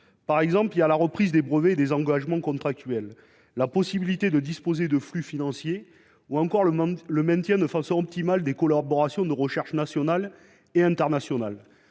par exemple : la reprise des brevets et des engagements contractuels, la possibilité de disposer de flux financiers ou encore le maintien, dans des conditions optimales, des collaborations de recherche tant en France qu’à l’international.